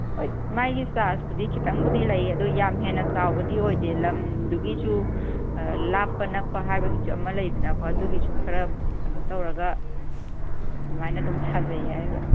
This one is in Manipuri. ꯍꯣꯏ ꯃꯥꯒꯤ ꯆꯥꯔꯖꯄꯨꯗꯤ ꯈꯤꯇꯪꯕꯨꯗꯤ ꯂꯩꯌꯦ ꯑꯗꯨ ꯌꯥꯝ ꯍꯦꯟꯅ ꯆꯥꯎꯕꯗꯤ ꯑꯣꯏꯗꯦ ꯂꯝꯗꯨꯒꯤꯁꯨ ꯂꯥꯞꯄ ꯅꯛꯄ ꯍꯥꯏꯕꯒꯤꯁꯨ ꯑꯃ ꯂꯩꯗꯅꯀꯣ ꯑꯗꯨꯒꯤꯁꯨ ꯈꯔ ꯀꯩꯅꯣ ꯇꯧꯔꯒ ꯑꯗꯨꯃꯥꯏꯅ ꯑꯗꯨꯝ ꯁꯥꯖꯩ ꯍꯥꯏꯕ